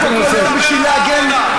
אני, בניגוד אליך, כל יום פה.